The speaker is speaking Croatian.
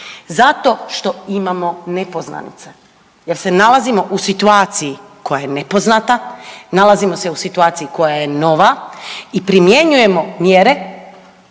Zato što imamo nepoznanice jer se nalazimo u situaciji koja je nepoznata, nalazimo se u situaciji koja je nova i primjenjujemo mjere